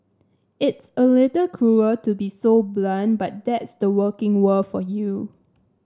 it's a little cruel to be so blunt but that's the working world for you